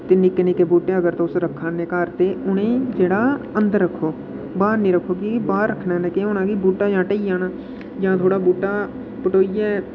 ते निक्के निक्के बूह्टे अगर तुस रक्खे दे न घर ते उ'नें ई जेह्ड़ा अंदर रक्खो बाह्र नेईं रक्खो कि बाह्र रक्खने कन्नै केह् होना कि बूह्टा जां ढेई जाना जां तुआढ़ा बूह्टा पटोइयै